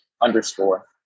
underscore